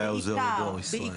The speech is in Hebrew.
מצאתי לנכון לדון בנושא הזה.